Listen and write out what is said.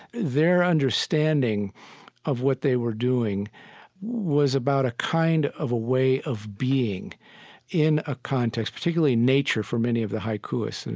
their understanding of what they were doing was about a kind of a way of being in a context, particularly nature for many of the haikuists, and